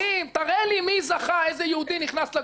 תראה לי איזה יהודי נכנס לגור בתמרה,